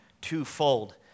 twofold